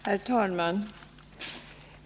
Herr talman!